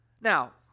Now